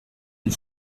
une